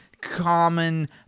common